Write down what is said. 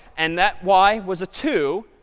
and that y was a two.